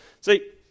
See